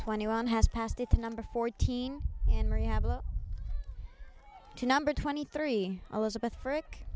twenty one has passed it the number fourteen in rehab to number twenty three elizabeth frick